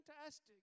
fantastic